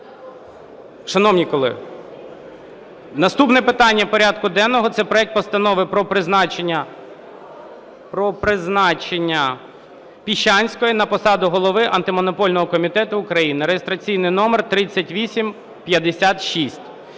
Шановні колеги, наступне питання порядку денного – це проект Постанови про призначення Піщанської на посаду Голови Антимонопольного комітету України (реєстраційний номер 3856).